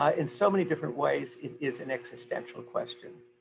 ah in so many different ways it is an existential question.